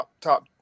Top